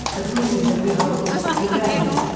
the voices of revolt, rebellion,